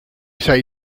say